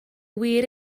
wir